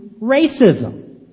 racism